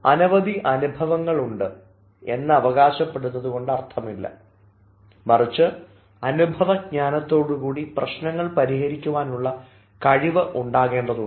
അനവധി അനുഭവങ്ങളുണ്ട് എന്ന് അവകാശപ്പെടുന്നതുകൊണ്ട് അർത്ഥമില്ല മറിച്ച് അനുഭവജ്ഞാനതോടുകൂടി പ്രശ്നങ്ങൾ പരിഹരിക്കാനുള്ള കഴിവ് ഉണ്ടാകേണ്ടതുണ്ട്